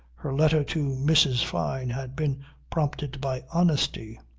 her letter to mrs. fyne had been prompted by honesty.